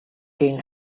king